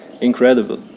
Incredible